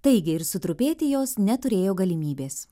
taigi ir sutrupėti jos neturėjo galimybės